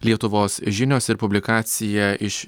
lietuvos žinios ir publikacija iš